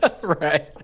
Right